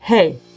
Hey